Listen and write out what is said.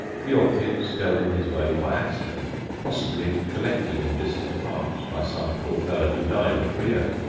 the orchids fell in his way by accident possibly collected in distant parts by some poor fellow who died at rio.